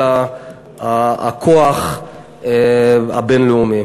אלא הכוח הבין-לאומי,